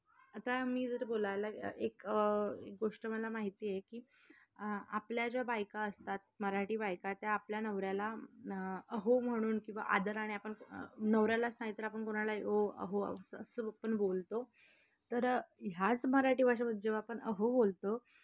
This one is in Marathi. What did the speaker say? आता मी जर बोलायला एक गोष्ट मला माहिती आहे की आपल्या ज्या बायका असतात मराठी बायका त्या आपल्या नवऱ्याला अहो म्हणून किंवा आदराने आपण नवऱ्यालाच नाही तर आपण कोणालाही ओ अहो अव असं पण बोलतो तर ह्याच मराठी भाषेमध्ये जेव्हा आपण अहो बोलतो